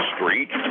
Street